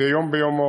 מדי יום ביומו,